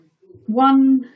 one